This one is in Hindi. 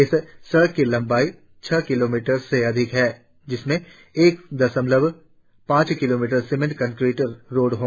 इस सड़क की लंबाई छह किलोमीटर से अधिक है जिसमें से एक दशमलव पांच किलोमीटर सीमेंट कंक्रीट रोड है